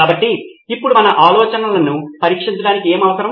కాబట్టి ఇప్పుడు మన ఆలోచనలను పరీక్షించడానికి ఏమి అవసరం